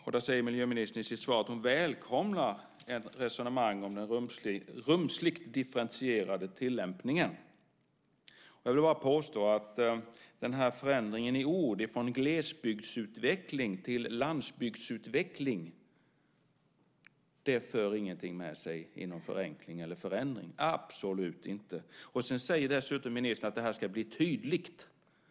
Miljöministern säger i sitt svar att hon välkomnar ett resonemang om den rumsligt differentierade tillämpningen. Jag vill påstå att förändringen i ord från glesbygdsutveckling till landsbygdsutveckling inte för någonting med sig inom förenkling eller förändring - absolut inte. Sedan säger dessutom ministern att det här ska bli tydligt.